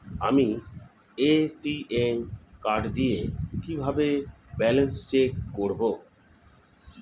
আমি ATM card দিয়ে কিভাবে ব্যালেন্স চেক করব?